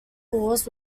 halls